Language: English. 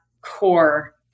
core